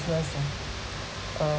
ah uh